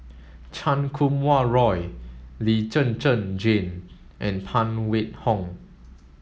Chan Kum Wah Roy Lee Zhen Zhen Jane and Phan Wait Hong